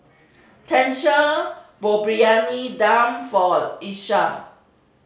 Tenisha bought Briyani Dum for Isiah